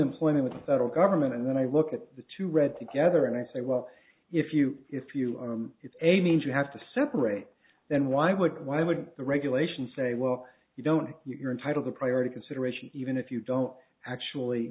employee with the federal government and then i look at the two read together and i say well if you if you are a means you have to separate then why would why would the regulation say well you don't you're entitled a priority consideration even if you don't actually